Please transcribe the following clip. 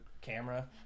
camera